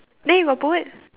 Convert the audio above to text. then you got put